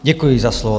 Děkuji za slovo.